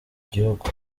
gihugu